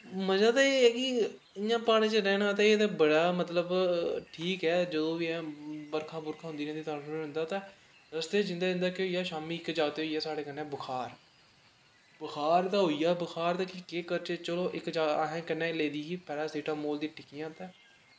मज़ा ते एह् ऐ कि इ'यां प्हाड़ें च रैह्ने दा ते एह् ते बड़ा मतलब ठीक ऐ जो बी ऐ बरखां बुरखां होंदियां रौंह्दियां ते रस्ते च जंदे जंदे केह् होई गेआ शाम्मी इक जागत होई गेई साढ़े कन्नै बखार बखार ते होई गेआ बखार दा केह् करचै चलो इक चा असें कन्नै इक लेदी ही पैरासिटामोल दी टिक्कियां ते